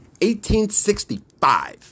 1865